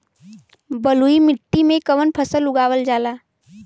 बलुई मिट्टी में कवन फसल उगावल जाला?